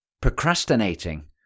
Procrastinating